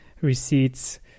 receipts